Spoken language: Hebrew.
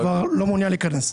כבר לא מעוניין להיכנס.